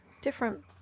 different